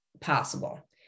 Possible